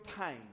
pain